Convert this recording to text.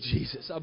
Jesus